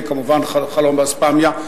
זה כמובן חלום באספמיה,